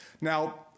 Now